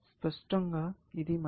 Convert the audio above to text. స్పష్టంగా ఇది మంచిది